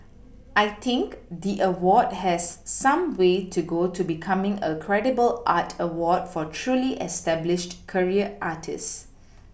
I think the award has some way to go to becoming a credible art award for truly established career artists